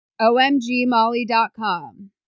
OMGMolly.com